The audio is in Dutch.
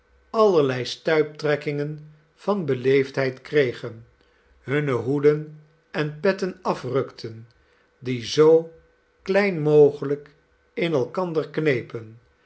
allerlei stuiptrekkingen van beleefdheid kregen hunne hoeden en petten afrukten die zoo klein mogelijk in elkander knepen